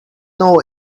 know